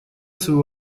свою